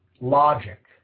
logic